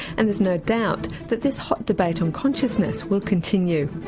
and there's no doubt that this hot debate on consciousness will continue.